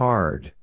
Hard